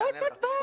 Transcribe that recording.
תסגרו את נתב"ג.